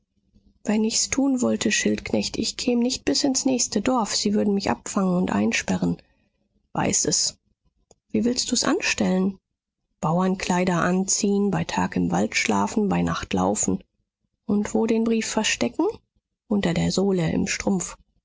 wenn ich's tun wollte schildknecht ich käm nicht bis ins nächste dorf sie würden mich abfangen und einsperren weiß es wie willst du's anstellen bauernkleider anziehen bei tag im wald schlafen bei nacht laufen und wo den brief verstecken unter der sohle im strumpf